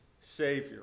savior